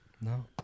No